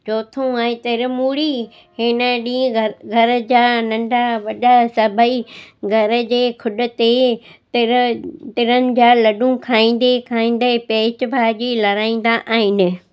चौथों आहे तिरमूरी हिन ॾींहुं घर घर जा नंढा वॾा सभई घर जे खुॾ ते तिर तिरनि जा लड्डू खाईंदे खाईंदे पेच बाजी लड़ाईंदा आहिनि